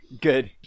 Good